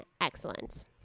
excellent